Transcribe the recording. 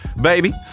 baby